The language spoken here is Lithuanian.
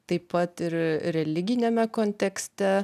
taip pat ir religiniame kontekste